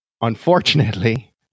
unfortunately